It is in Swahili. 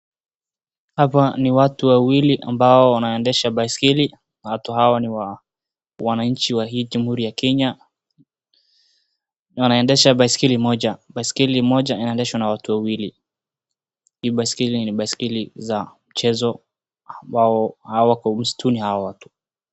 Hapa ni watu wawili ambao wanaendesha baiskeli. Watu hao ni wa wananchi wa hii Jamhuri ya Kenya wanaendesha baiskeli moja. Baiskeli moja inaendeshwa na watu wawili. Hii baiskeli ni baiskeli za mchezo ambao hawako msituni hao watu.